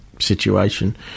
situation